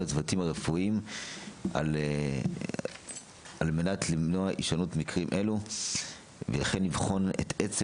הצוותים הרפואיים על מנת למנוע הישנות מקרים אלו וכן לבחון את עצם